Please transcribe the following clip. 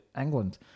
England